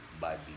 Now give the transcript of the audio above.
body